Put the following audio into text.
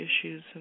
issues